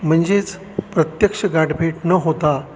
म्हणजेच प्रत्यक्ष गाठ भेट न होता